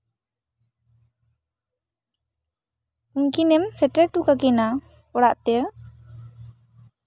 ᱩᱝᱠᱤᱱᱮᱢ ᱥᱮᱴᱮᱨ ᱦᱚᱴᱚ ᱠᱟᱠᱤᱱᱟ ᱚᱲᱟᱜ ᱛᱮ